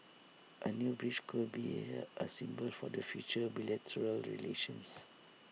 A new bridge good be A symbol for the future bilateral relations